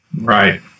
Right